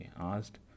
asked